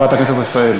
בבקשה, חברת הכנסת רפאלי.